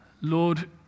Lord